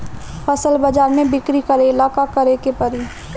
फसल बाजार मे बिक्री करेला का करेके परी?